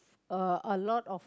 uh a lot of